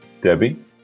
Debbie